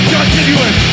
Continuous